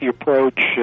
approach